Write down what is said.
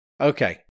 Okay